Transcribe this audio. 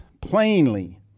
plainly